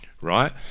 right